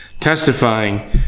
testifying